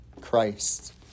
Christ